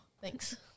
Thanks